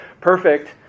perfect